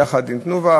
יחד עם "תנובה".